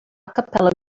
capella